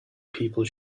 people